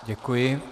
Děkuji.